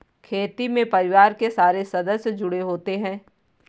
खेती में परिवार के सारे सदस्य जुड़े होते है